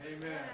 Amen